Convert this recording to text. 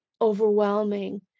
overwhelming